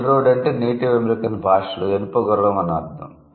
rail road అంటే native American భాషలో ఇనుప గుర్రం అని అర్ధం